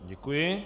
Děkuji.